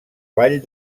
vall